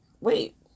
wait